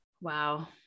Wow